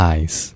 Eyes